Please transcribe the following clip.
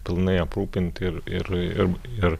pilnai aprūpinti ir ir ir ir